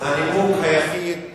הנימוק היחיד